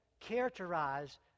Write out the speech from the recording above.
characterize